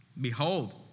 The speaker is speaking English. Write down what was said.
Behold